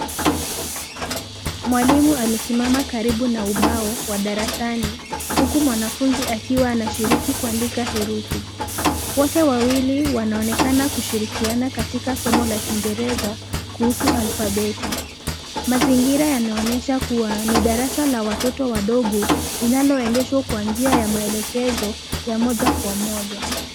Mwalimu amesimama karibu na ubao wa darasani, huku mwanafunzi akiwa anashiriki kuandika herufi. Wote wawili wanaonekana kushirikiana katika somo la kiingereza kuhusu alfabeti. Mazingira yanaonyesha kuwa, ni darasa la watoto wadogo, linalo endeshwa kwa njia ya maelezo moja kwa moja.